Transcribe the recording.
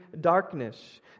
darkness